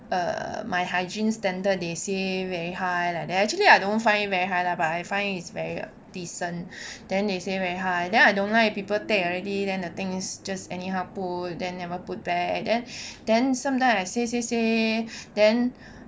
err my hygiene standards they say very high like that actually I don't find very high lah but I find it very decent then they say very high then I don't like people take already then the thing is just anyhow put then never put back then then sometimes I say say say then